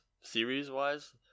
series-wise